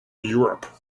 europe